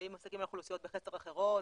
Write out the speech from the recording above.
ואם מסתכלים על אוכלוסיות בחסר אחרות,